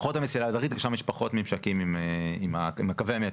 פחות המסילה המזרחית כי שם יש פחות ממשקים עם קווי המטרו.